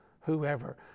whoever